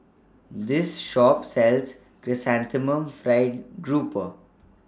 This Shop sells Chrysanthemum Fried Grouper